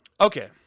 Okay